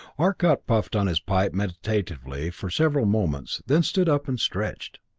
arcot puffed on his pipe meditatively for several moments, then stood up and stretched.